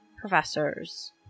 professors